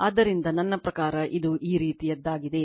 ಆದ್ದರಿಂದ ನನ್ನ ಪ್ರಕಾರ ಇದು ಈ ರೀತಿಯದ್ದಾಗಿದೆ